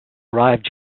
arrived